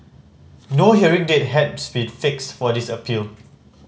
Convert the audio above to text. no hearing date has been fixed for this appeal